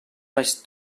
vaig